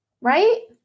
Right